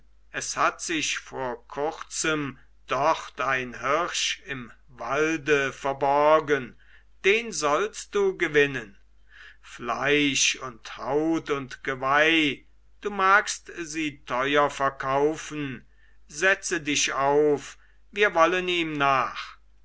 es hat sich vor kurzem dort ein hirsch im walde verborgen den sollst du gewinnen fleisch und haut und geweih du magst sie teuer verkaufen setze dich auf wir wollen ihm nach